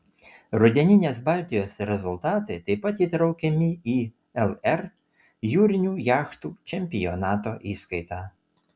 rudeninės baltijos rezultatai taip pat įtraukiami į lr jūrinių jachtų čempionato įskaitą